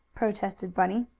protested bunny.